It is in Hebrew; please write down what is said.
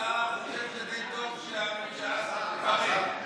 שאתה חושב שזה טוב שהממשלה הזאת תתפרק.